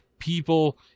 people